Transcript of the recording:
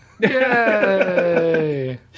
Yay